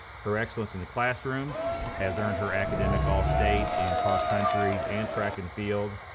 her excellence in the classroom has earned her academic all-state in cross country and track and field.